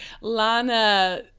Lana